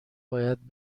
باید